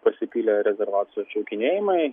pasipylė rezervacijų atšaukinėjimai